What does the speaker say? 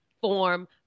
form